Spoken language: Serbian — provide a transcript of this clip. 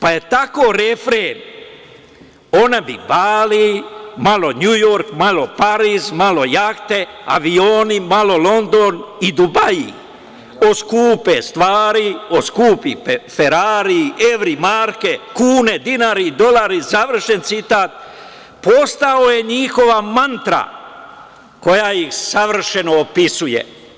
Tako je refren – ona bi Bali, malo Njujork, malo Pariz, malo jahte, avioni, malo London i Dubaji, o skupe stvari, o skupi Ferari, evri, marke, kune, dinari, dolari, završen citat, postao njihova mantra, koja ih savršeno opisuje.